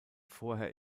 vorher